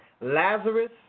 Lazarus